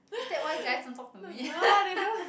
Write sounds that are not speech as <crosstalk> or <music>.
is that why guys don't talk to me <laughs>